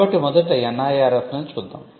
కాబట్టి మొదట NIRF ని చూద్దాం